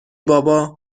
بابا